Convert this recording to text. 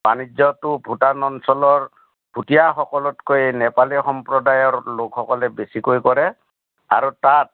বাণিজ্যটো ভূটান অঞ্চলৰ ভুটীয়াসকলতকৈ নেপালী সম্প্ৰদায়ৰ লোকসকলে বেছিকৈ কৰে আৰু তাত